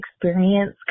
experience